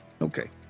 Okay